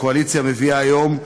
הקואליציה מביאה היום,